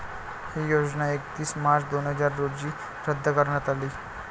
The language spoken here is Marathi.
ही योजना एकतीस मार्च दोन हजार रोजी रद्द करण्यात आली